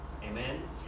Amen